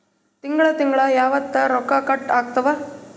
ತಿಂಗಳ ತಿಂಗ್ಳ ಯಾವತ್ತ ರೊಕ್ಕ ಕಟ್ ಆಗ್ತಾವ?